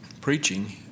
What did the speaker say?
preaching